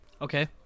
Okay